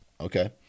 Okay